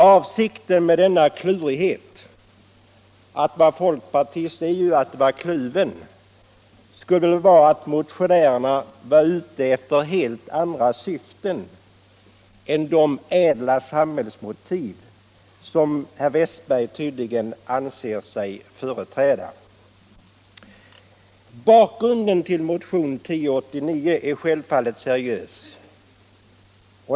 Avsikten med denna kluvenhet — att vara folkpartist är ju att vara kluven — skulle vara att motionärerna hade helt andra motiv än de ädla samhällsmotiv som herr Westberg tydligen anser sig företräda. Bakgrunden till motionen 1089 är självfallet seriös.